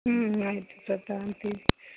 ಹ್ಞೂ ಆಯಿತು ಸರ್ ತಗಂತೀವಿ